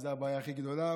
וזו הבעיה הכי גדולה,